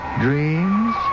dreams